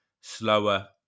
slower